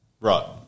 Right